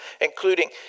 including